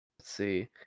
see